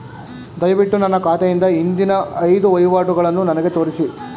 ದಯವಿಟ್ಟು ನನ್ನ ಖಾತೆಯಿಂದ ಹಿಂದಿನ ಐದು ವಹಿವಾಟುಗಳನ್ನು ನನಗೆ ತೋರಿಸಿ